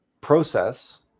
process